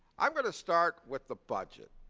i'm going to start with the budget.